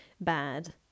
bad